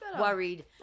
worried